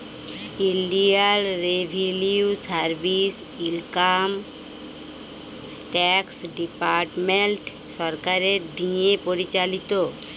ইলডিয়াল revenue service income tax department সরকারের দিঁয়ে পরিচালিত